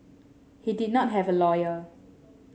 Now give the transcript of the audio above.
he did not have a lawyer